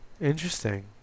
Interesting